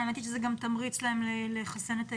האמת היא שזה גם תמריץ להם לחסן את הילדים.